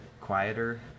quieter